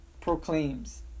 Proclaims